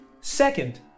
second